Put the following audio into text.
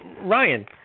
Ryan